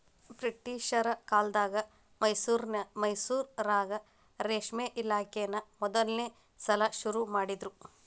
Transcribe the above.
ಬ್ರಿಟಿಷರ ಕಾಲ್ದಗ ಮೈಸೂರಾಗ ರೇಷ್ಮೆ ಇಲಾಖೆನಾ ಮೊದಲ್ನೇ ಸಲಾ ಶುರು ಮಾಡಿದ್ರು